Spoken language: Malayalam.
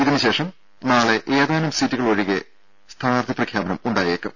ഇതിനുശേഷം നാളെ ഏതാനും സീറ്റുകളിൽ ഒഴികെ സ്ഥാനാർത്ഥി പ്രഖ്യാപനം ഉണ്ടായേക്കും